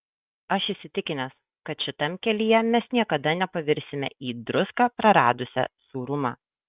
aš įsitikinęs kad šitam kelyje mes niekada nepavirsime į druską praradusią sūrumą